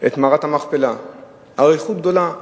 את מערת המכפלה, אריכות גדולה.